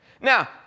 Now